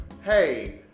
hey